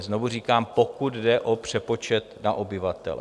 Znovu říkám, pokud jde o přepočet na obyvatele.